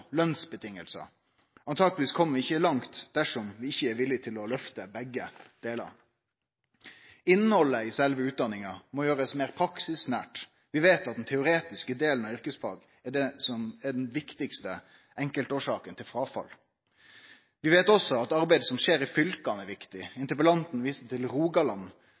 vi ikkje langt dersom vi ikkje er villige til å løfte begge delar. Innhaldet i sjølve utdanninga må gjerast meir praksisnært. Vi veit at den teoretiske delen av yrkesfagutdanninga er den viktigaste enkeltårsaka til fråfall. Vi veit også at arbeidet som skjer i fylka, er viktig. Interpellanten viste til Rogaland